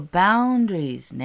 boundaries